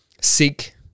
seek